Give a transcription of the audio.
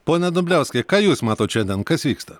pone dumbliauskai ką jūs matot šiandien kas vyksta